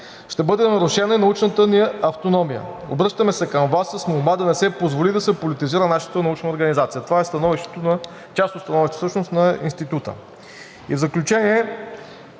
Ще бъде нарушена и научната ни автономия. Обръщаме се към Вас с молба да не се позволи да се политизира нашата научна организация.“ Това е част от становището на Института. В заключение,